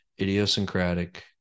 idiosyncratic